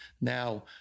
now